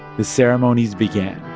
the ceremonies began